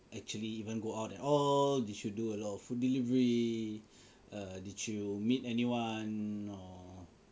actually even go out at all did you do a lot of food delivery err did you meet anyone or